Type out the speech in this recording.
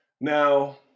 Now